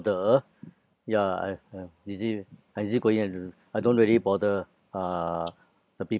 bother ya I am easy~ ah easy-going and I don't really bother uh the